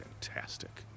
fantastic